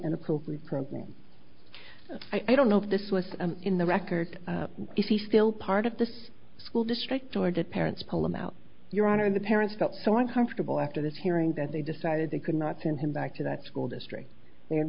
an appropriate program i don't know if this was in the record if he's still part of this school district or did parents pull him out your honor the parents felt so uncomfortable after this hearing that they decided they could not send him back to that school district